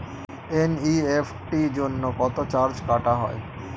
NEFT জন্য কত charge কাটা হয়?